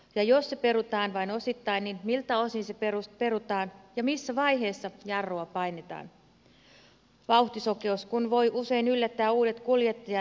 ja jos se perutaan vain osittain niin miltä osin se perutaan ja missä vaiheessa jarrua painetaan vauhtisokeus kun voi usein yllättää uudet kuljettajat